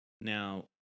now